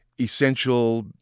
essential